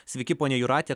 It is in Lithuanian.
sveiki ponia jūrate